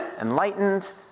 enlightened